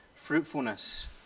fruitfulness